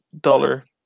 dollar